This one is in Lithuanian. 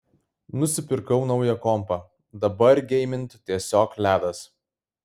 nusipirkau naują kompą dabar geimint tiesiog ledas